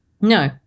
No